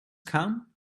come